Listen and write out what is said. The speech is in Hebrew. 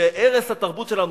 שערש התרבות שלנו,